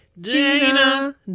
Gina